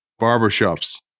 barbershops